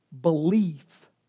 Belief